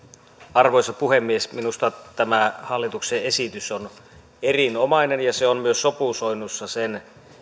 arvoisa puhemies minusta tämä hallituksen esitys on erinomainen ja se on myös sopusoinnussa sen